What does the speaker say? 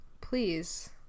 please